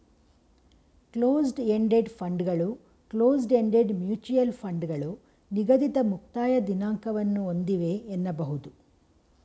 closed ended ಫಂಡ್ಗಳು close ended mutual ಫಂಡ್ಗಳು ನಿಗದಿತ ಮುಕ್ತಾಯ ದಿನಾಂಕವನ್ನ ಒಂದಿವೆ ಎನ್ನಬಹುದು